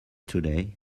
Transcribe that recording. today